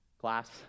class